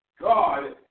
God